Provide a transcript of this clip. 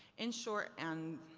in short and,